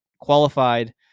qualified